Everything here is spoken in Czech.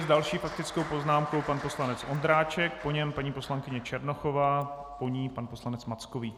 S další faktickou poznámkou pan poslanec Ondráček, po něm paní poslankyně Černochová, po ní pan poslanec Mackovík.